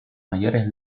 mayores